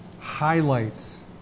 highlights